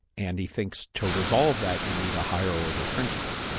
and he thinks to resolve that you need a high order principle,